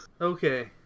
Okay